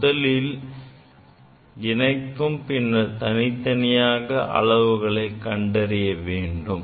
முதலில் இணைத்தும் பின்னர் தனித்தனியாக அளவுகளை கண்டறிய வேண்டும்